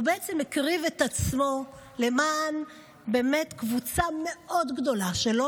הוא בעצם הקריב את עצמו למען קבוצה מאוד גדולה שעוד פעם,